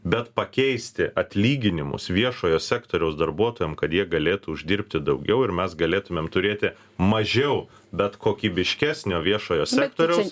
bet pakeisti atlyginimus viešojo sektoriaus darbuotojam kad jie galėtų uždirbti daugiau ir mes galėtumėm turėti mažiau bet kokybiškesnio viešojo sektoriaus